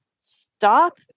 stop